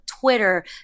twitter